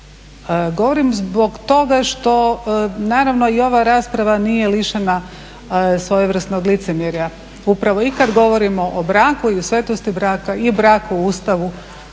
Govorim zbog toga što naravno i ova rasprava nije lišena svojevrsnog licemjerja upravo i kada govorimo i o braku i o svetosti braka i brak u Ustavu